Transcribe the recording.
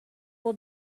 will